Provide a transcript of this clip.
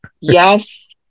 Yes